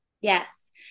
Yes